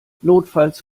notfalls